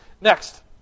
Next